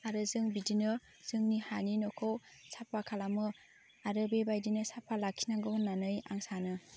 आरो जों बिदिनो जोंनि हानि न'खौ साफा खालामो आरो बे बायदिनो साफा लाखिनांगौ होन्नानै आं सानो